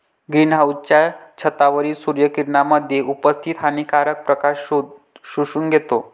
green हाउसच्या छतावरील सूर्य किरणांमध्ये उपस्थित हानिकारक प्रकाश शोषून घेतो